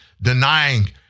denying